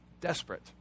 desperate